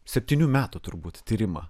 septynių metų turbūt tyrimą